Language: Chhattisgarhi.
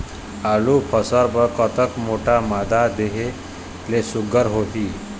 आलू फसल बर कतक मोटा मादा देहे ले सुघ्घर होही?